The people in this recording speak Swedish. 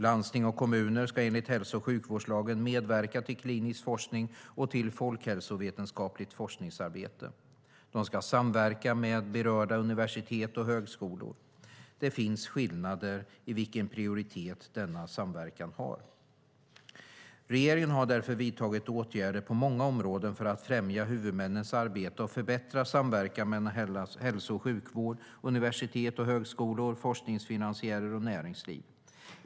Landsting och kommuner ska enligt hälso och sjukvårdslagen medverka till klinisk forskning och till folkhälsovetenskapligt forskningsarbete. De ska samverka med berörda universitet och högskolor. Det finns skillnader i vilken prioritet denna samverkan har. Regeringen har därför vidtagit åtgärder på många områden för att främja huvudmännens arbete och förbättra samverkan mellan hälso och sjukvård, universitet och högskolor, forskningsfinansiärer och näringsliv.